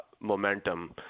momentum